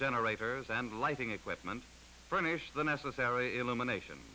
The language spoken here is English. generators and lighting equipment furnish the necessary illumination